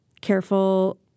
careful